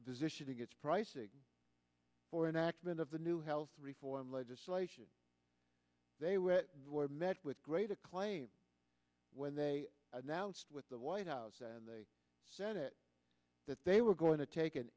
does issue tickets pricing or enactment of the new health reform legislation they were were met with great acclaim when they announced with the white house and the senate that they were going to take an